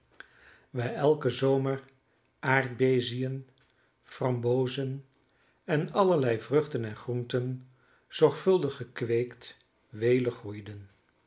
waar elken zomer aardbeziën frambozen en allerlei vruchten en groenten zorgvuldig gekweekt welig groeiden